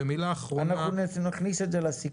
ומילה אחרונה --- נכניס את זה לסיכום.